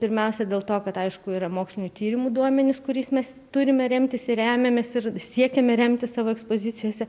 pirmiausia dėl to kad aišku yra mokslinių tyrimų duomenys kuriais mes turime remtis ir remiamės ir siekiame remtis savo ekspozicijose